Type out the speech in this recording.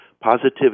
positivity